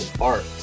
art